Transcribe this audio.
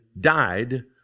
died